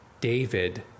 David